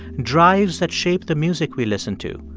drives that shape the music we listen to,